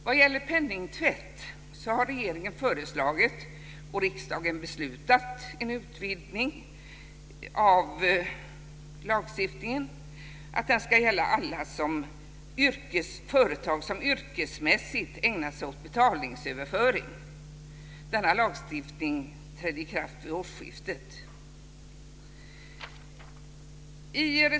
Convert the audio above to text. Vad gäller penningtvätt har regeringen föreslagit och riksdagen beslutat om en utvidgning av lagstiftningen att gälla alla företag som yrkesmässigt ägnar sig åt betalningsöverföring. Denna lagstiftning trädde i kraft vid årsskiftet.